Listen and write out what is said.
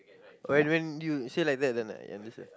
why do even you say like that then I listen